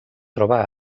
troba